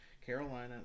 Carolina